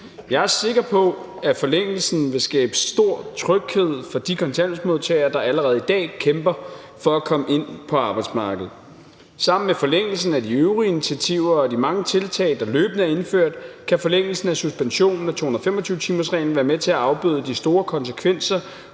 Jeg er sikker på, at forlængelsen vil skabe stor tryghed for de kontanthjælpsmodtagere, der allerede i dag kæmper for at komme ind på arbejdsmarkedet. Sammen med forlængelsen af de øvrige initiativer og de mange tiltag, der løbende er indført, kan forlængelsen af suspensionen af 225-timersreglen være med til at afbøde de store konsekvenser,